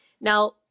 Now